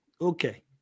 okay